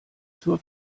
zur